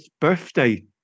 birthday